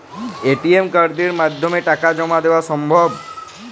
ATM কার্ডের মাধ্যমে টাকা জমা দেওয়া সম্ভব?